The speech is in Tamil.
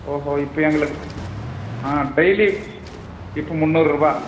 ஓஹோ இப்போ எங்களுக்கு டெயிலி இப்போ முந்னூறுவா